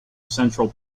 central